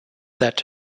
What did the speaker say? that